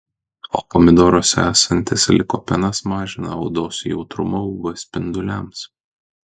o pomidoruose esantis likopenas mažina odos jautrumą uv spinduliams